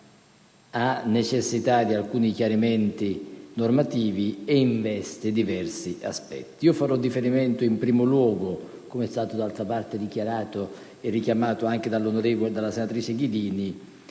necessita di alcuni chiarimenti normativi e investe diversi aspetti. Farò riferimento in primo luogo, come è stato d'altra parte richiamato anche dalla senatrice Ghedini,